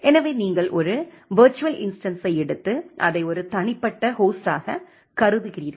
எனவே நீங்கள் ஒரு விர்ச்சுவல் இன்ஸ்டன்ஸை எடுத்து அதை ஒரு தனிப்பட்ட ஹோஸ்டாக கருதுகிறீர்கள்